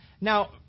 Now